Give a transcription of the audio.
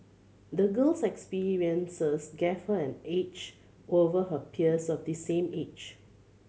the girl's experiences gave her an edge over her peers of the same age